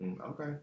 Okay